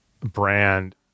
brand